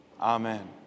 Amen